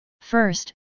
First